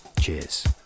Cheers